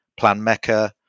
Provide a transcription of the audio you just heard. PlanMecca